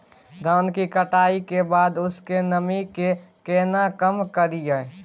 धान की कटाई के बाद उसके नमी के केना कम करियै?